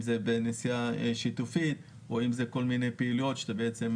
אם זה בנסיעה שיתופית או אם זה כל מיני פעילויות שאתה